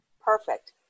Perfect